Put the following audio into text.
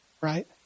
right